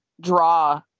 draw